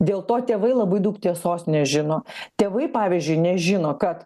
dėl to tėvai labai daug tiesos nežino tėvai pavyzdžiui nežino kad